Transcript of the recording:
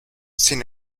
sin